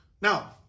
Now